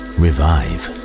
revive